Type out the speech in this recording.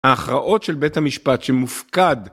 ההכרעות של בית המשפט שמופקד